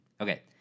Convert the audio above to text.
Okay